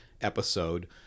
episode